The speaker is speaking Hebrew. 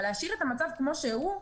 אבל להשאיר את המצב כמו שהוא,